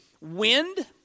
wind